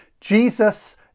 Jesus